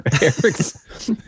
Eric's